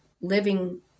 living